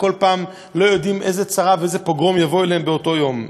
וכל פעם לא יודעים איזו צרה ואיזה פוגרום יבוא אליהם באותו יום.